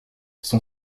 son